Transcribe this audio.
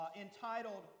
entitled